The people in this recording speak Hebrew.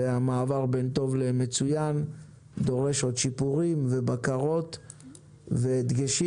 והמעבר בין טוב למצוין דורש עוד שיפורים ובקרות והדגשים,